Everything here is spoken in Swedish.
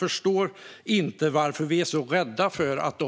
Varför är vi så rädda för att